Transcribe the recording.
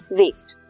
waste